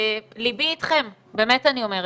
ליבי איתכם, באמת אני אומרת,